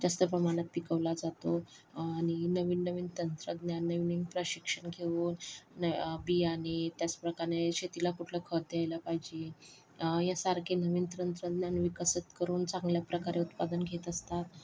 जास्त प्रमाणात पिकवला जातो आणि नवीन नवीन तंत्रज्ञान नवीन नवीन प्रशिक्षण घेऊन बियाणे त्याचप्रकारे शेतीला कुठलं खत द्यायला पाहिजे यासारखे नवीन तंत्रज्ञान विकसित करून चांगल्या प्रकारे उत्पादन घेत असतात